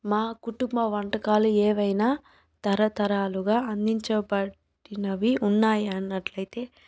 మా కుటుంబ వంటకాలు ఏవైనా తరతరాలుగా అందించబడినవి ఉన్నాయా అన్నట్లయితే